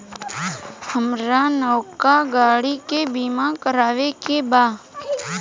हामरा नवका गाड़ी के बीमा करावे के बा